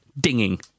dinging